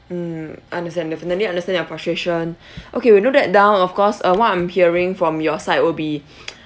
mm understand understand definitely understand your frustration okay will note that down of course uh what I'm hearing from your side will be